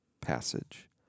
passage